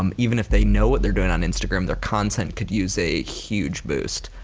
um even if they know what they're doing on instagram, their content could use a huge boost.